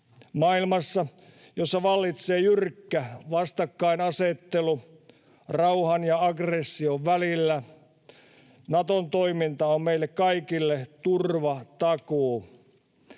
Maailmassa, jossa vallitsee jyrkkä vastakkainasettelu rauhan ja aggression välillä, Naton toiminta on meille kaikille turvatakuu.